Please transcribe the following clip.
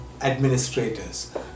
Administrators